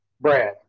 Brad